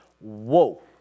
Whoa